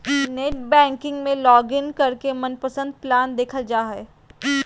net banking में login करके मनपसंद प्लान देखल जा हय